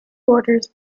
borders